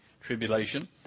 tribulation